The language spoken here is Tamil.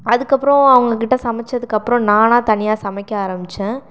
அதுக்கப்புறம் அவங்ககிட்ட சமைத்ததுக்கு அப்புறம் நானாக தனியாக சமைக்க ஆரம்பித்தேன்